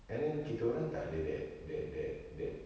and then kita orang tak ada that that that that